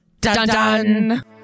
Dun-dun